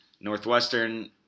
Northwestern